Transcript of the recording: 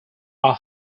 are